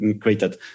created